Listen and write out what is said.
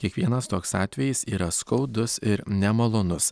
kiekvienas toks atvejis yra skaudus ir nemalonus